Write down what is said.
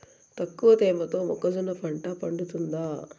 తక్కువ తేమతో మొక్కజొన్న పంట పండుతుందా?